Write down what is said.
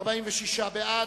רע"ם-תע"ל,